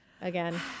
again